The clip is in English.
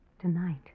Tonight